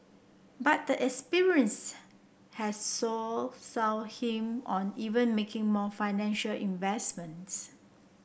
but the experience has him on even making more financial investments